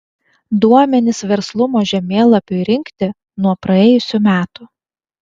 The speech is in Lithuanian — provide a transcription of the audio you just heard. duomenys verslumo žemėlapiui rinkti nuo praėjusių metų